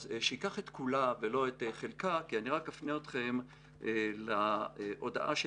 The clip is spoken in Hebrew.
אז שייקח את כולה ולא את חלקה כי אני רק אפנה אתכם להודעה של